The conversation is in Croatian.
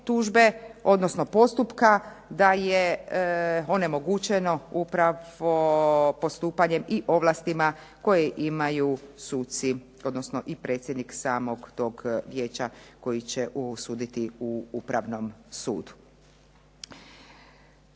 odnosno postupka da je onemogućeno upravo postupanjem i ovlastima koje imaju suci, odnosno i predsjednik samog tog vijeća koji će suditi u upravnom sudu.